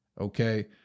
okay